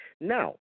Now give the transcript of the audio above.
Now